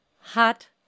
Hot